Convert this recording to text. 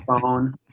phone